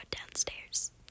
downstairs